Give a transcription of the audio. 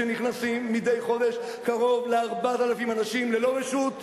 שנכנסים מדי חודש קרוב ל-4,000 אנשים ללא רשות,